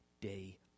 day